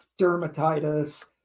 dermatitis